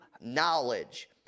knowledge